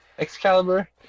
Excalibur